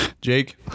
Jake